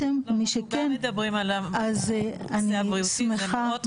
אנחנו גם מדברים על הנושא הבריאותי, זה מאוד חשוב.